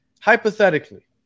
Hypothetically